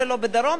דבר שני,